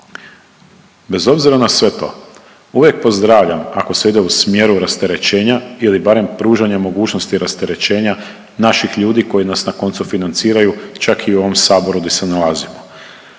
Bez obzira na sve to, uvijek pozdravljam ako se ide u smjeru rasterećenja ili barem pružanja mogućnosti rasterećenja naših ljudi koji nas na koncu financiraju čak i u ovom Saboru di se nalazimo.